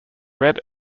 red